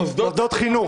מוסדות --- מוסדות חינוך.